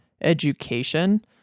education